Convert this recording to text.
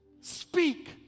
Speak